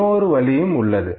இன்னொரு வழி உள்ளது